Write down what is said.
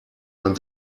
man